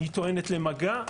היא טוענת למגע,